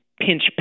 pinch